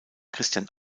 christian